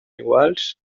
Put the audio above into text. iguals